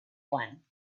one